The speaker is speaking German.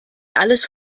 alles